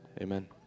Amen